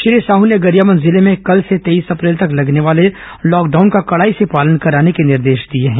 श्री साहू ने गरियाबंद जिले में कल से तेईस अप्रैल तक लगने वाले लॉकडाउन का कड़ाई से पालन करवाने के निर्देश दिए हैं